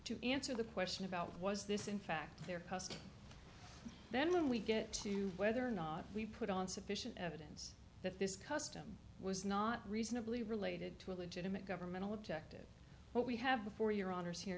to answer the question about was this in fact their custom then when we get to whether or not we put on sufficient evidence that this custom was not reasonably related to a legitimate governmental objective what we have before your honor's here